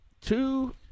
Two